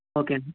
ஓகேண்ணா